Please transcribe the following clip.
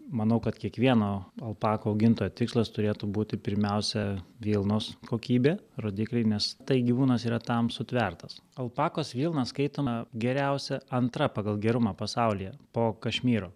manau kad kiekvieno alpakų augintojo tikslas turėtų būti pirmiausia vilnos kokybė rodikliai nes tai gyvūnas yra tam sutvertas alpakos vilna skaitoma geriausia antra pagal gerumą pasaulyje po kašmyro